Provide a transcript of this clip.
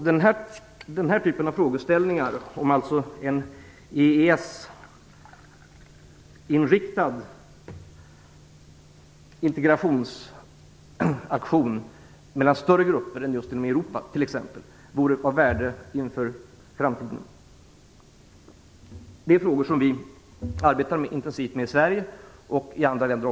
Den här typen av frågeställningar, om en EES inriktad integrationsaktion mellan större grupper än de europeiska länderna vore av värde inför framtiden, arbetar vi intensivt med i Sverige. Det gör även andra länder.